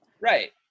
right